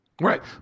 Right